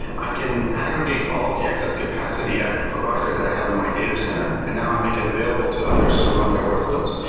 i can aggregate all of the excess capacity as a provider that i have in my datacenter and now i make it available to others to run their workloads.